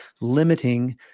limiting